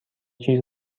چیز